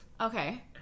Okay